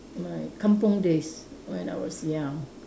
my kampung days when I was young